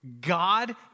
God